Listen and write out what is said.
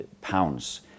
pounds